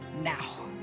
now